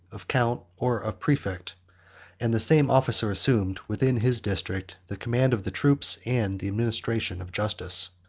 of count, or of praefect and the same officer assumed, within his district, the command of the troops, and the administration of justice.